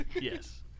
Yes